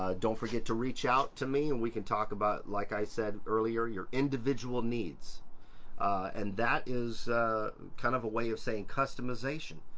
ah don't forget to reach out to me and we can talk about, like i said earlier, your individual needs and that is kind of a way of saying customization.